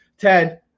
Ted